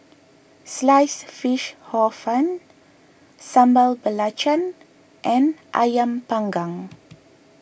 Sliced Fish Hor Fun Sambal Belacan and Ayam Panggang